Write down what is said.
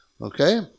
Okay